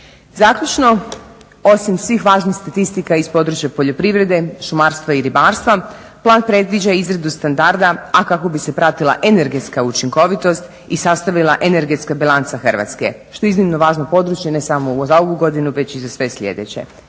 Zaključno, osim svih važnih statistika iz područja poljoprivrede, šumarstva i ribarstva, plan predviđa i izradu standarda, a kako bi se pratila energetska učinkovitost i sastavila energetska bilanca Hrvatske što je iznimno važno područje ne samo za ovu godinu već i za sve sljedeće.